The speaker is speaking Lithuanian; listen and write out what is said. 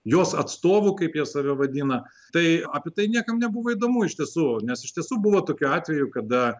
jos atstovų kaip jie save vadina tai apie tai niekam nebuvo įdomu iš tiesų nes iš tiesų buvo tokių atvejų kada